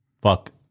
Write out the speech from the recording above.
fuck